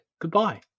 goodbye